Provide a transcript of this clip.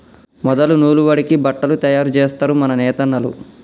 మొదలు నూలు వడికి బట్టలు తయారు జేస్తరు మన నేతన్నలు